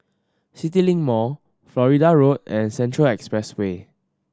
CityLink Mall Florida Road and Central Expressway